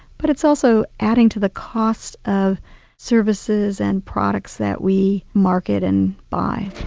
but it's also adding to the cost of services and products that we market and buy.